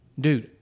Dude